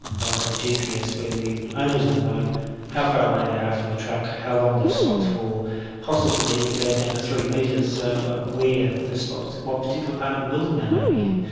they'll have a gps where the owners will know how far away they are from the truck, how long they've stopped for possibly, if it goes down to three metres, ah ah where they've stopped what particular part of the building they may be in.